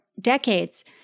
decades